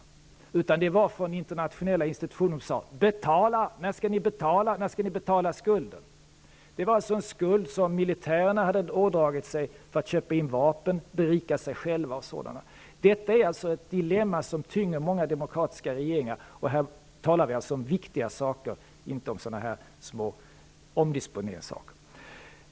Det första samtalet kom från internationella institutioner som sade: När skall ni betala skulden? Det var alltså en skuld som militärerna hade ådragit sig för att köpa in vapen, berika sig själva osv. Detta är alltså ett dilemma som tynger många demokratiska regeringar. Och här talar vi om viktiga saker, inte om små omdisponeringsfrågor.